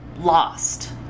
lost